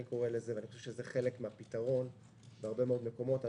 אני חושב שזה חלק מן הפתרון בהרבה מאוד מקומות.